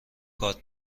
کارت